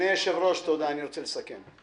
אני רוצה לסכם.